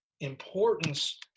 importance